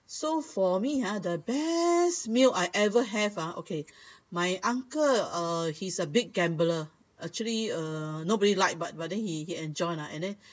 so for me ah the best meal I ever have ah okay my uncle uh he's a big gambler actually uh nobody liked but but then he enjoy lah and then